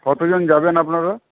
কতজন যাবেন আপনারা